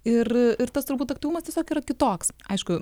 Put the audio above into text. ir ir tas turbūt aktyvumas tiesiog yra kitoks aišku